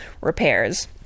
repairs